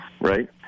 right